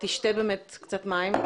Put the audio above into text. תשתה קצת מים.